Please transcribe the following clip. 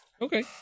Okay